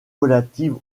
relatives